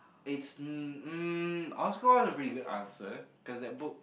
it's um I was to ask her cause that book